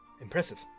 Impressive